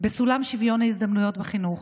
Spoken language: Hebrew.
בסולם שוויון ההזדמנויות בחינוך.